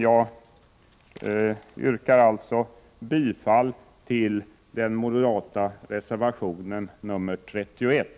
Jag yrkar alltså bifall till den moderata reservationen 31.